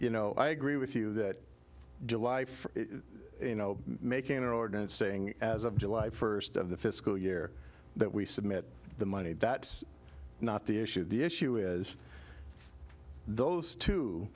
you know i agree with you that july for you know making our ordinance saying as of july first of the fiscal year that we submit the money that's not the issue the issue is those two